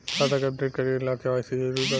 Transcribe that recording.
खाता के अपडेट करे ला के.वाइ.सी जरूरी बा का?